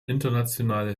internationale